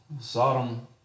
sodom